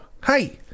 hi